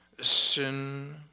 Sin